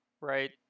right